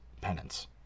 penance